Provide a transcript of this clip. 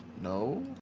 No